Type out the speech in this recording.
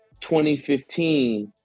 2015